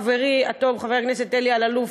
חברי הטוב חבר הכנסת אלי אלאלוף,